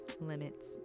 limits